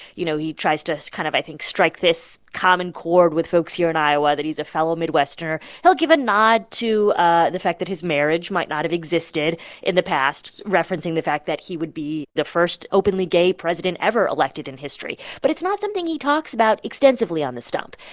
you know, he tries to kind of, i think, strike this common chord with folks here in iowa that he's a fellow midwesterner. he'll give a nod to ah the fact that his marriage might not have existed in the past, referencing the fact that he would be the first openly gay president ever elected in history. but it's not something he talks about extensively on the stump.